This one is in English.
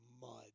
mud